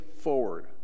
forward